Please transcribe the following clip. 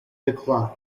decline